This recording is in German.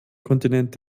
kontinent